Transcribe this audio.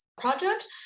project